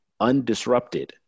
undisrupted